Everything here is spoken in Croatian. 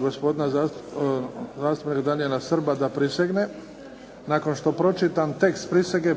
gospodina zastupnika Danijela Srba da prisegne. Nakon što pročitam tekst prisege,